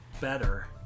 better